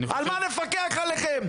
על מה נפקח עליכם?